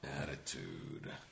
Attitude